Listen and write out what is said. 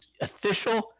official